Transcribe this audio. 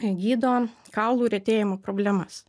gydo kaulų retėjimo problemas